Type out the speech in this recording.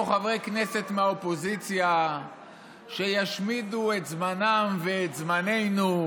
חברי כנסת מהאופוזיציה שישמידו את זמנם ואת זמננו.